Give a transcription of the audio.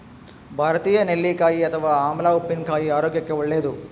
ಭಾರತೀಯ ನೆಲ್ಲಿಕಾಯಿ ಅಥವಾ ಆಮ್ಲ ಉಪ್ಪಿನಕಾಯಿ ಆರೋಗ್ಯಕ್ಕೆ ಒಳ್ಳೇದು